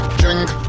drink